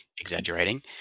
exaggerating